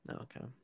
Okay